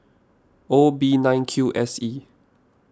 O B nine Q S E